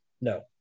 No